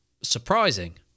surprising